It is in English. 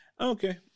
Okay